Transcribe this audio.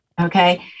Okay